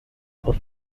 aus